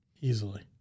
Easily